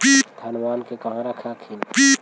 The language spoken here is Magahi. धनमा के कहा रख हखिन?